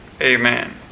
Amen